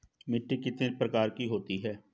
मिट्टी कितने प्रकार की होती हैं बताओ?